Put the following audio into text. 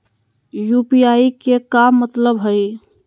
UPI के का मतलब हई?